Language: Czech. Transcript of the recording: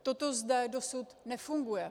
Toto zde dosud nefunguje.